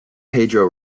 pedro